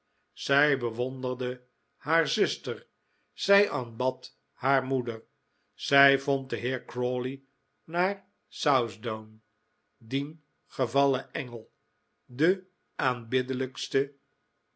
zij bewonderde haar zuster zij aanbad haar moeder zij vond den heer crawley na southdown dien gevallen engel den aanbiddelijksten